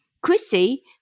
Chrissy